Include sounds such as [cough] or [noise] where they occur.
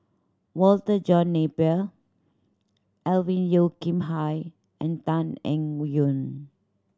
Walter John Napier Alvin Yeo Khirn Hai and Tan Eng [unintelligible] Yoon